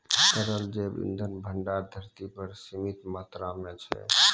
तरल जैव इंधन भंडार धरती पर सीमित मात्रा म छै